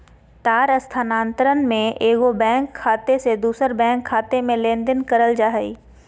तार स्थानांतरण में एगो बैंक खाते से दूसर बैंक खाते में लेनदेन करल जा हइ